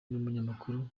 n’umunyamakuru